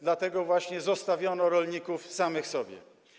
Dlatego właśnie zostawiono rolników samym sobie.